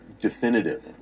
definitive